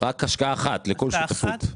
רק השקעה אחת לכל שותפות.